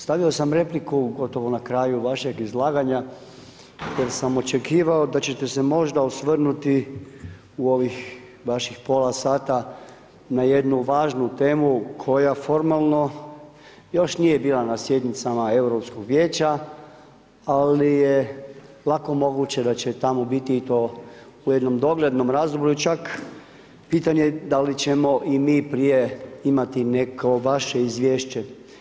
Stavio sam repliku, gotovo na kraju vašeg izlaganja, jer sam očekivao, da ćete se možda osvrnuti, u ovih, vaših pola sata na jednu važnu temu, koja formalno, još nije bila na sjednicama Europskog vijeća, ali je lako moguće, da će i tamo biti i to u jednom doglednom razdoblju, čak pitanje, da li ćemo i mi prije imati neko vaše izvješće.